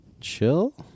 chill